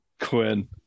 Quinn